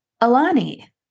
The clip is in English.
Alani